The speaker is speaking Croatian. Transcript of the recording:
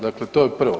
Dakle to je prvo.